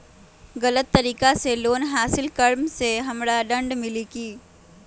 गलत तरीका से लोन हासिल कर्म मे हमरा दंड मिली कि?